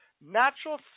Natural